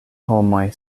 homoj